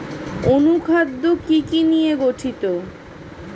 অনুখাদ্য কি কি নিয়ে গঠিত?